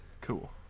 Cool